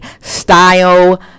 style